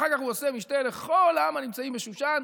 ואחר כך הוא עושה משתה לכל העם הנמצאים בשושן,